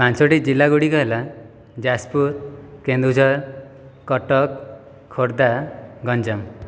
ପାଞ୍ଚଟି ଜିଲ୍ଲା ଗୁଡ଼ିକ ହେଲା ଯାଜପୁର କେନ୍ଦୁଝର କଟକ ଖୋର୍ଦ୍ଧା ଗଞ୍ଜାମ